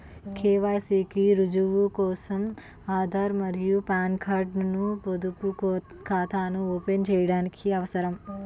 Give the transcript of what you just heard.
KYC కి రుజువు కోసం ఆధార్ మరియు పాన్ కార్డ్ ను పొదుపు ఖాతాను ఓపెన్ చేయడానికి అవసరం